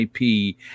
IP